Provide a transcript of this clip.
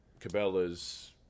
Cabela's